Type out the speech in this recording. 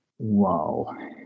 Wow